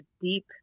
deep